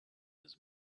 his